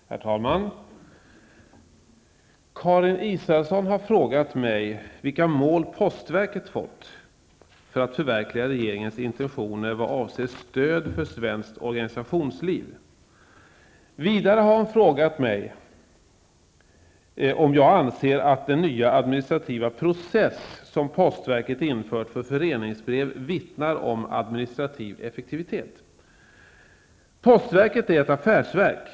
Herr talman! Karin Israelsson har frågat mig vilka mål postverket fått för att förverkliga regeringens intentioner vad avser stöd för svenskt organisationsliv. Vidare har hon frågat mig om jag anser att den nya administrativa process som postverket infört för föreningsbrev vittnar om administrativ effektivitet. Postverket är ett affärsverk.